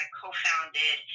co-founded